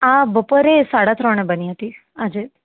હા બપોરે સાડા ત્રણે બની હતી આજે